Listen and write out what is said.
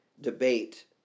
debate